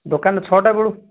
ଦୋକାନ ଛଅଟା ବେଳୁ